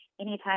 Anytime